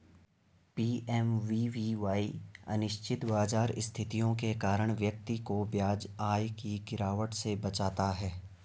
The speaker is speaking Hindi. पी.एम.वी.वी.वाई अनिश्चित बाजार स्थितियों के कारण व्यक्ति को ब्याज आय की गिरावट से बचाता है